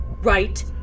Right